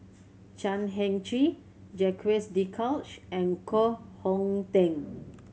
Chan Heng Chee Jacques De Coutre and Koh Hong Teng